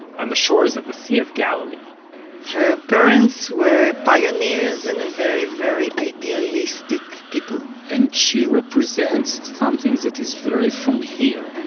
on the shores of the sea of galilee her parents were pioneers and very very idealistic people and she represents something that is very from here.